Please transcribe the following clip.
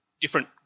different